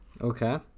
Okay